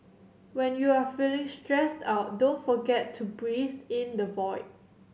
when you are feeling stressed out don't forget to breathe in the void